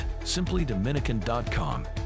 simplydominican.com